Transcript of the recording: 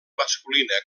masculina